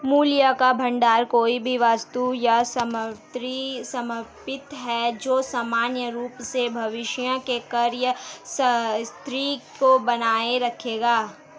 मूल्य का भंडार कोई भी वस्तु या संपत्ति है जो सामान्य रूप से भविष्य में क्रय शक्ति को बनाए रखेगी